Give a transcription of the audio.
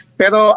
pero